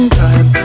time